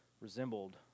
resembled